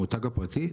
המותג הפרטי?